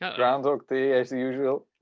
groundhog day as and usual.